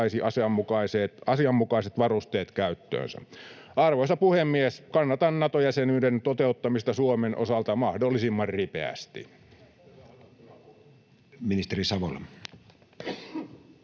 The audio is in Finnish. asianmukaiset varusteet käyttöönsä. Arvoisa puhemies! Kannatan Nato-jäsenyyden toteuttamista Suomen osalta mahdollisimman ripeästi. [Speech 9]